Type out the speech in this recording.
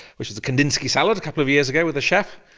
which is the kandinsky salad a couple of years ago with a chef.